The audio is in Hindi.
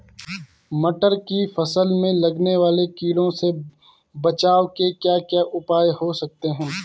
मटर की फसल में लगने वाले कीड़ों से बचाव के क्या क्या उपाय हो सकते हैं?